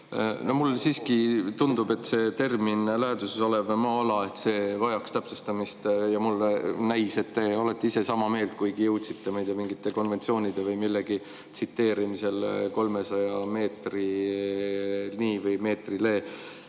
Mulle siiski tundub, et see termin "läheduses olev maa-ala" vajaks täpsustamist. Mulle näis, et te olete ise sama meelt, kuigi jõudsite mingite konventsioonide või millegi tsiteerimisel 300 meetrini, mille